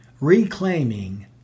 Reclaiming